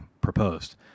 proposed